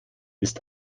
ist